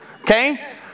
okay